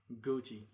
Gucci